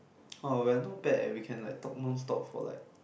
!wah! we are not bad eh we can like talk non stop for like